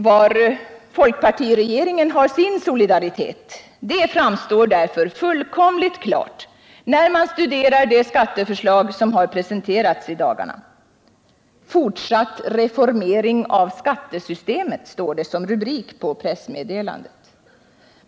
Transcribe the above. Var folkpartiregeringen har sin solidaritet, det framgår fullkomligt klart när man studerar det skatteförslag som har presenterats i dagarna. ”Fortsatt reformering av skattesystemet”, står det som rubrik på pressmeddelandet.